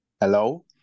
Hello